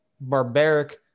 barbaric